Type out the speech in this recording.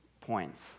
points